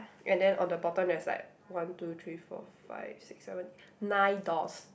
and then on the bottom there's like one two three four five six seven nine doors